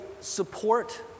support